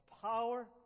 power